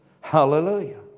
Hallelujah